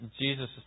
Jesus